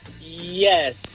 yes